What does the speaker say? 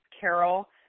Carol